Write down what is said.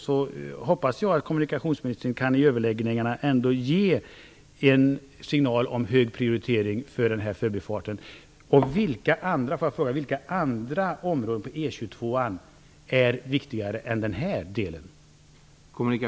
Jag hoppas att kommunikationsministern kan ge en signal om hög prioritering för den här förbifarten i överläggningarna inför det arbetet. Vilka andra delar av E 22:an är viktigare än denna?